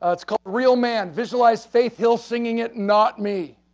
ah it's called real man, visualize faith hill singing it not me.